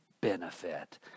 benefit